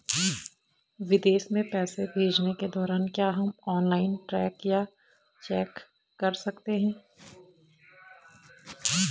विदेश में पैसे भेजने के दौरान क्या हम ऑनलाइन ट्रैक या चेक कर सकते हैं?